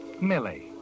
Millie